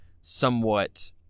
somewhat